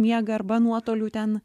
miegą arba nuotoliu ten